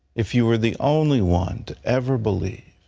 if you were the only one to ever believe,